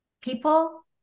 people